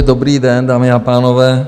Dobrý den, dámy a pánové.